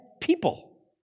people